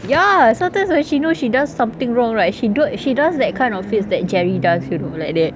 ya sometimes when she knows she does something wrong right she do she does that kind of face that jerry does you know like that